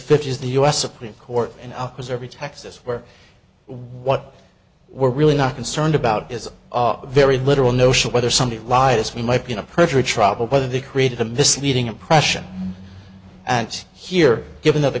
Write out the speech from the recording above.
fifty's the us supreme court an officer every texas where what we're really not concerned about is a very literal notion whether somebody lied as we might be in a perjury trial whether they created a misleading impression and here given that the